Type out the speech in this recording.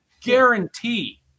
Guarantee